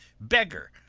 beggar,